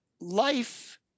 life